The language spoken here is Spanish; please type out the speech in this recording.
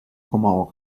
como